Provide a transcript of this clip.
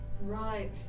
Right